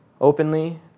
openly